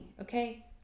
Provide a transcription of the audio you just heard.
okay